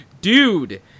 Dude